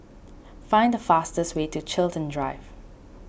find the fastest way to Chiltern Drive